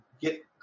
get